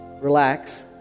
Relax